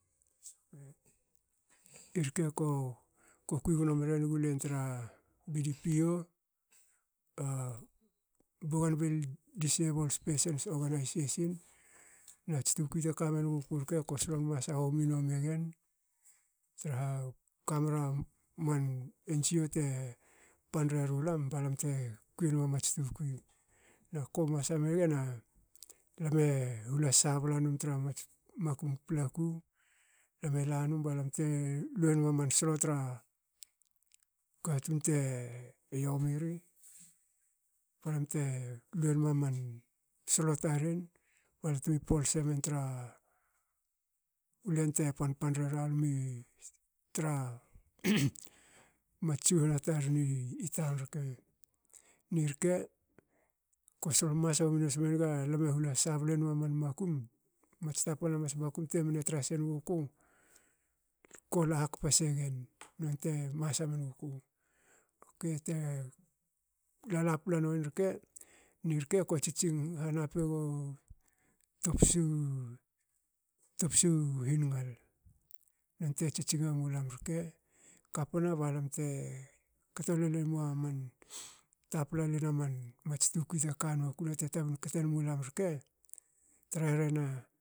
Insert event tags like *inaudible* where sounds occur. *hesitation* Irke ko- ko kui gnomre nugu len tra bdpo. *hesitation* bougainville disables persons organisation nats tukui teka me nguku rke ko slon masa hominua megen traha kamera man ngo te fund rerulam alame mlo sabla num tra mats makum paplaku. lame lanum balam te luen ma man slo tra katun te yomi ri balam te luenma man slo taren balam tme polse men tra ulen te fund fund reralam tra *noise* mats tsuhana taren i taun rke. nirke ko slon masa homi smenga lame hola sablenma man makum mats tapalna mats makum temne tra senguku. kola hakpa segen nonte masa menguku. Okei te lala pla nuin rke. nirke kue tsitsing hanap egu topsu topsu hingal nonte tsitsing emulam rke kapna balam te kto lole mua man tapla mats tukui teka nokuna te tabin kten mulam rke tra rehena